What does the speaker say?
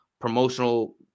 promotional